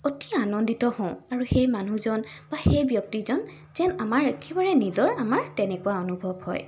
অতি আনন্দিত হওঁ আৰু সেই মানুহজন বা সেই ব্যক্তিজন যেন আমাৰ একেবাৰে নিজৰ আমাৰ তেনেকুৱা অনুভৱ হয়